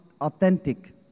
authentic